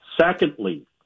Secondly